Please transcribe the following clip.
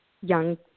young